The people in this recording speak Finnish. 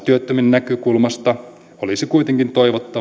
näkökulmasta olisi kuitenkin